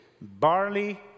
barley